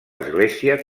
església